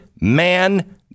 man